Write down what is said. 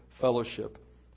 fellowship